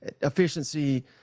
efficiency